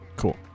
Cool